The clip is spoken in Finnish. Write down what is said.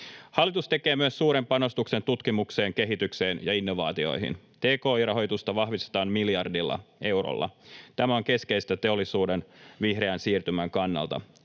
Hallitus tekee myös suuren panostuksen tutkimukseen, kehitykseen ja innovaatioihin. Tki-rahoitusta vahvistetaan miljardilla eurolla. Tämä on keskeistä teollisuuden vihreän siirtymän kannalta.